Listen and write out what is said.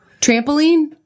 Trampoline